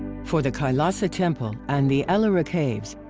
for the kailasa temple and the ellora caves,